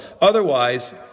otherwise